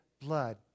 blood